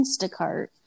Instacart